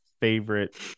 favorite